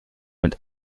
mit